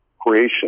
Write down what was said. Creation